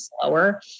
slower